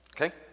okay